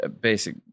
basic